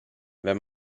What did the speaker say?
wenn